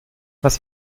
was